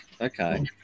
okay